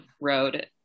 road